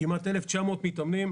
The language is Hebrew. כמעט 1,900 מתאמנים,